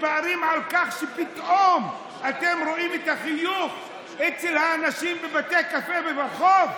מתפארים על כך שפתאום אתם רואים את החיוך אצל האנשים בבתי קפה וברחוב?